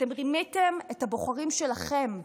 אתם רימיתם את הבוחרים שלכם,